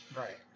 right